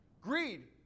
Greed